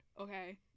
Okay